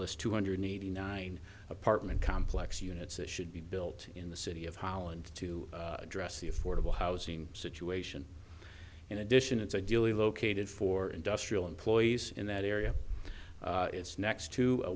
lists two hundred eighty nine apartment complex units that should be built in the city of holland to address the affordable housing situation in addition it's ideally located for industrial employees in that area it's next to a